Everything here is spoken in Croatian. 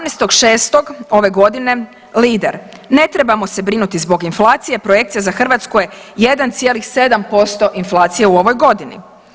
17.6. ove godine „Lider“, ne trebamo se brinuti zbog inflacije, projekcija za Hrvatsku je 1,7% inflacije u ovoj godini.